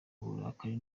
uburakari